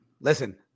Listen